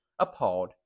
appalled